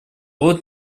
вот